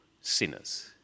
sinners